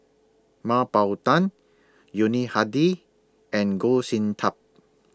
Mah Bow Tan Yuni Hadi and Goh Sin Tub